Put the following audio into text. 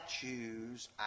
choose